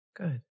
Good